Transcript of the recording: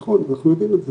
נכון, אנחנו יודעים את זה.